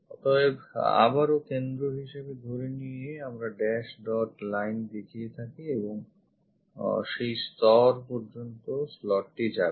অতএব আবারও কেন্দ্র হিসেবে ধরে নিয়ে আমরা dash dot line দেখিয়ে থাকি এবং সেই স্তর পর্যন্ত slot টি যাবে